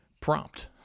prompt